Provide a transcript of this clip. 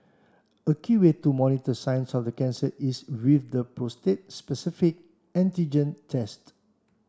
a key way to monitor signs of the cancer is with the prostate specific antigen test